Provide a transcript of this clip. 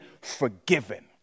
forgiven